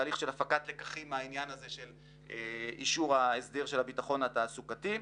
תהליך הפקת לקחים מהליך אישור הסדר הביטחון התעסוקתי.